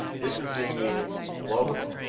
this is being used globally.